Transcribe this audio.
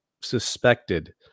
suspected